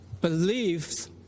beliefs